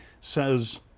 says